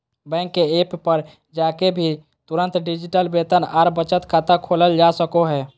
bank के app पर जाके भी तुरंत डिजिटल वेतन आर बचत खाता खोलल जा सको हय